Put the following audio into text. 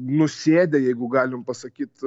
nusėdę jeigu galim pasakyt